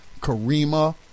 Karima